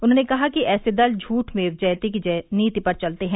उन्होंने कहा कि ऐसे दल झूठ मेव जयते की नीति पर चलते हैं